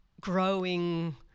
growing